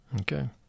okay